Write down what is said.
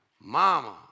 Mama